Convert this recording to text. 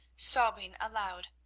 sobbing aloud,